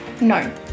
no